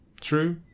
True